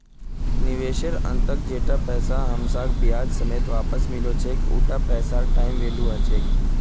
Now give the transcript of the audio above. निवेशेर अंतत जैता पैसा हमसाक ब्याज समेत वापस मिलो छेक उता पैसार टाइम वैल्यू ह छेक